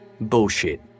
Bullshit